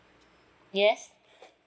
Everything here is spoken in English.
yes